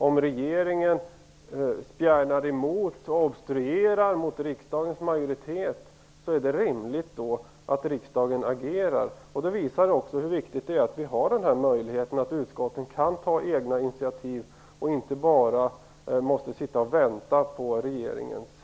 Om regeringen spjärnar emot och obstruerar mot riksdagens majoritet är det rimligt att riksdagen agerar. Det visar också hur viktigt det är att det finns en möjlighet för utskotten att ta egna initiativ och att de inte bara måste vänta på regeringens handlingar.